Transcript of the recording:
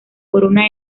corona